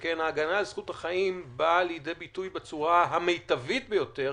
שכן ההגנה על זכות החיים באה לידי ביטוי בצורה המיטבית ביותר,